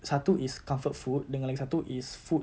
satu is comfort food dengan lagi satu is food